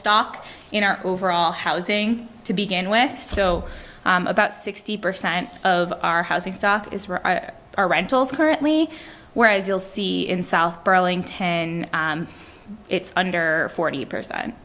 stock in our overall housing to begin with so about sixty percent of our housing stock is where our rentals are currently where as you'll see in south burlington it's under forty percent